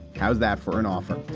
how's that for an offer?